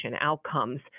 outcomes